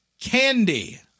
candy